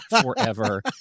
forever